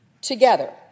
Together